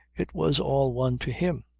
it was all one to him.